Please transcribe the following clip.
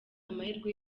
mahirwe